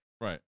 Right